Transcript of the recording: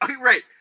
Right